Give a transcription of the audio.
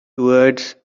towards